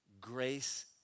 Grace